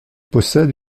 possède